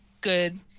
good